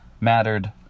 mattered